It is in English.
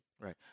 Right